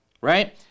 right